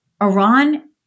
Iran